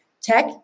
tech